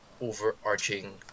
overarching